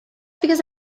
because